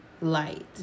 light